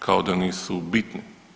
Kao da nisu bitni.